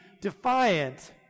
defiant